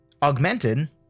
Augmented